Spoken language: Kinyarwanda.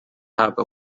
ahabwa